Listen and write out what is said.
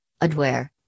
Adware